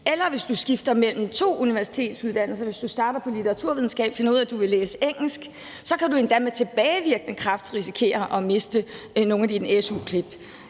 eller hvis du skifter mellem to universitetsuddannelser, f.eks. hvis du starter på litteraturvidenskab og finder ud af, du vil læse engelsk, så kan du endda med tilbagevirkende kraft risikere at miste nogle af dine su-klip.